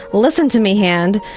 but listen to me hand,